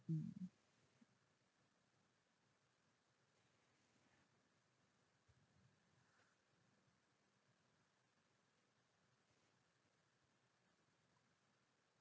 mm